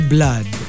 Blood